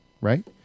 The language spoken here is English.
right